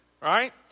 right